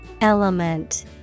Element